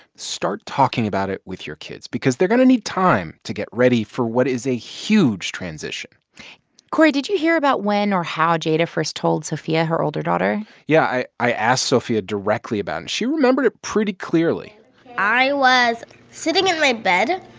start talking about it with your kids because they're going to need time to get ready for what is a huge transition cory, did you hear about when or how jada first told sophia, her older daughter? yeah, i i asked sophia directly about it, and she remembered it pretty clearly i was sitting in my bed.